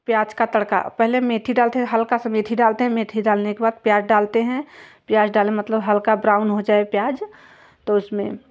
प्याज़ का तड़का पहले मेथी डालते हैं हल्का सा मेथी डालते हैं मेथी डालने के बाद प्याज़ डालते हैं प्याज़ डाले मतलब हल्का ब्राउन हो जाए प्याज़ तो उसमें